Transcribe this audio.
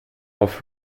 auf